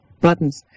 buttons